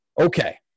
Okay